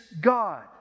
God